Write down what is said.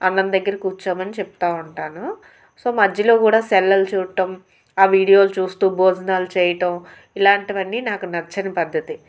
అన్నం దగ్గర కూర్చొమని చెప్తూ ఉంటాను సో మధ్యలో కూడా సెల్లు చూడటం ఆ వీడియోలు చూస్తూ భోజనాలు చేయటం ఇలాంటివన్నీ నాకు నచ్చని పద్ధతి